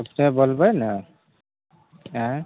से बोलबइ ने आँइ